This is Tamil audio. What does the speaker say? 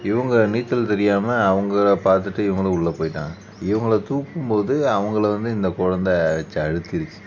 இவங்க நீச்சல் தெரியாமல் அவங்கள பார்த்துட்டு இவங்களும் உள்ளே போய்ட்டாங்க இவங்கள தூக்கும் போது அவங்கள வந்து இந்த கொழந்தை வெச்சு அழுத்திருச்சு